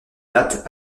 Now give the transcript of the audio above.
date